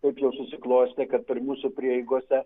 taip jau susiklostė kad per mūsų prieigose